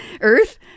Earth